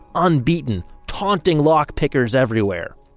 unbeaten, taunting lock pickers everywhere.